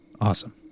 Awesome